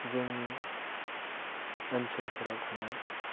जोंनि ओनसोलफोराव थानाय